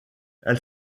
elle